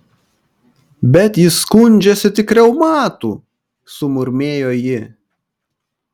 bet jis skundžiasi tik reumatu sumurmėjo ji